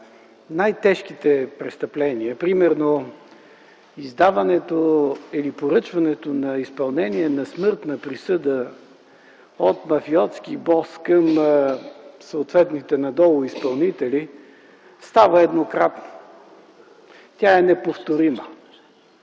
най-тежките престъпления, примерно издаването или поръчването на изпълнение на смъртна присъда от мафиотски бос към съответните надолу изпълнители става еднократно. Тя е неповторима.